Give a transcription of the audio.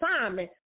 assignment